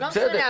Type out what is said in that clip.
לא משנה,